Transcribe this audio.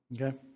Okay